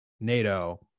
NATO